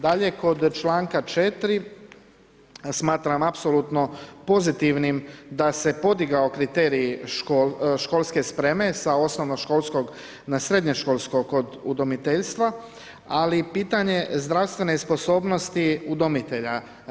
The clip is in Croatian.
Dalje, kod članka 4. smatram apsolutno pozitivnim da se podigao kriterij školske spreme sa osnovnoškolskog na srednjoškolsko kod udomiteljstva, ali pitanje je zdravstvene sposobnosti udomitelja.